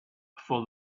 for